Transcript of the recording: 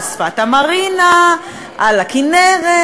על שפת הים, על שפת המרינה, על הכינרת.